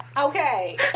Okay